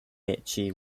itchy